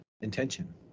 intention